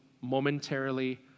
momentarily